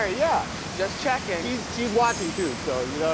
ah yeah. just checking. she's she's watching, too, so you know